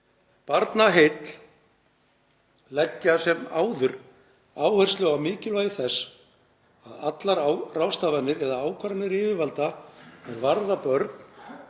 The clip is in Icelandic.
Barnaheill leggja sem áður áherslu á mikilvægi þess að allar ráðstafanir eða ákvarðanir yfirvalda er varða börn